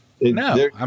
No